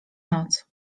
noc